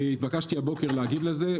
התבקשתי הבוקר להגיב לזה.